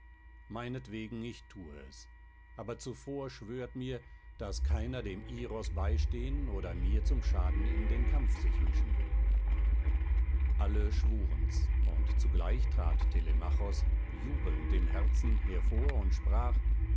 meinetwegen ich thue es aber zuvor schwört mir daß keiner dem iros beistehen oder mir zum schaden in den kampf sich mischen will alle schwuren's und zugleich trat telemachos jubelnd im herzen hervor und sprach